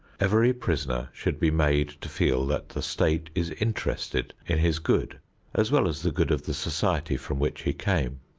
every prisoner should be made to feel that the state is interested in his good as well as the good of the society from which he came.